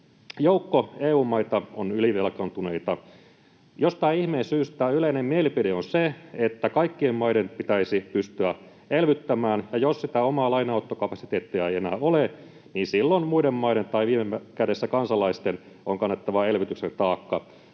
Joukko EU-maita on ylivelkaantuneita. Jostain ihmeen syystä yleinen mielipide on se, että kaikkien maiden pitäisi pystyä elvyttämään ja jos sitä omaa lainanottokapasiteettia ei enää ole, niin silloin muiden maiden tai viime kädessä kansalaisten on kannettava elvytyksen taakka,